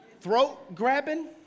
throat-grabbing